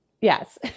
yes